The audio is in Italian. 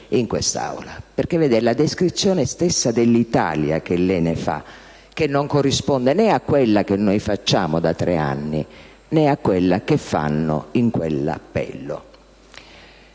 perché è la descrizione stessa dell'Italia che lei ne fa che non corrisponde né a quella che noi facciamo da tre anni, ne a quella che fanno in quell'appello.